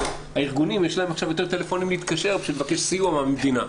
ולארגונים יש עכשיו יותר טלפונים להתקשר בשביל לבקש סיוע מהמדינה.